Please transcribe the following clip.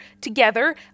together